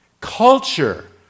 culture